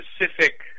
specific